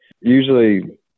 usually